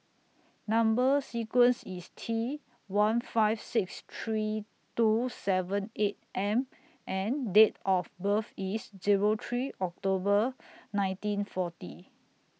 Number sequence IS T one five six three two seven eight M and Date of birth IS Zero three October nineteen forty